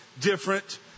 different